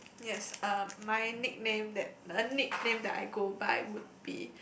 yes uh my nickname that the nickname that I go by would be